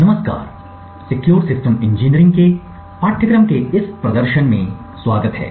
नमस्कार secure system engineering के पाठ्यक्रम के इस प्रदर्शन में स्वागत है